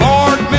Lord